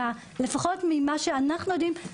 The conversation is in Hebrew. לפחות ממה שאנחנו יודעים,